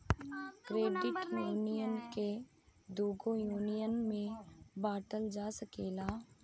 credit union के दुगो union में बॉटल जा सकेला